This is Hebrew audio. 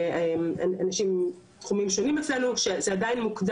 שזה עדיין מוקדם לגזור מסקנות לגבי ענף הסיעוד,